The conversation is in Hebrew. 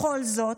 בכל זאת,